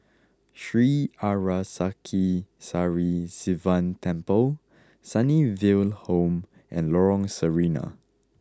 Sri Arasakesari Sivan Temple Sunnyville Home and Lorong Sarina